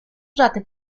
usate